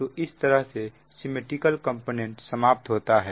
तो इस तरह से सिमिट्रिकल कॉम्पोनेंट समाप्त होता है